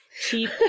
Cheap